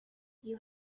you